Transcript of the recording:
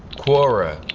quora.